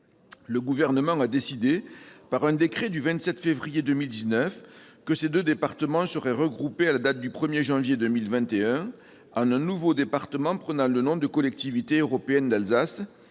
le Gouvernement a décidé, par un décret du 27 février 2019, que ces deux départements seraient regroupés à la date du 1 janvier 2021 en un nouveau département prenant le nom de « Collectivité européenne d'Alsace